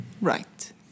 right